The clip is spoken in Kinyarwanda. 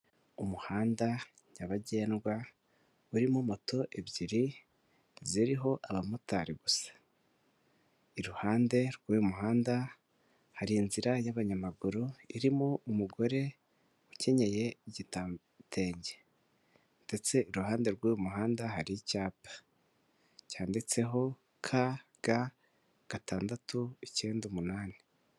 Umuhanda nyabagendwa urimo moto ebyiri ziriho abamotari gusa, iruhande rw'uyu muhanda hari inzira y'abanyamaguru irimo umugore ukenyeye igitenge ndetse iruhande rw'uyu muhanda hari icyapa cyanditseho k, g, gatandatu icyenda umunani.